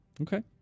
Okay